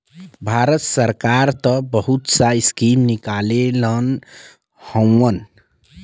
भारत सरकार त बहुत सा स्कीम निकलले हउवन